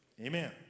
Amen